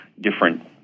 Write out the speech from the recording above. different